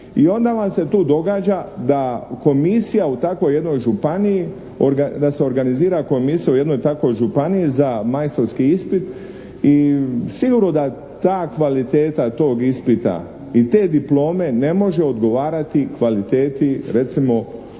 I onda vam se tu događa da se organizira komisija u takvoj jednoj županiji za majstorski ispit i sigurno da ta kvaliteta tog ispita i te diplome ne može odgovarati kvaliteti recimo